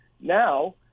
Now